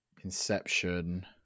Inception